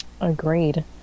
Agreed